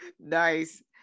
Nice